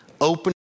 open